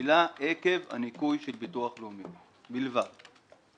לשלילה עקב הניכוי של ביטוח לאומי, בלבד,